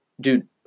Dude